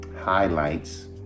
highlights